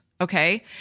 Okay